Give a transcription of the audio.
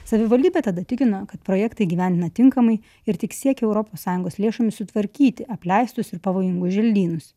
savivaldybė tada tikino kad projektą įgyvendina tinkamai ir tik siekia europos sąjungos lėšomis sutvarkyti apleistus ir pavojingus želdynus